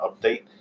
update